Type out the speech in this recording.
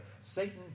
Satan